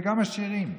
וגם עשירים.